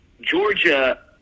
Georgia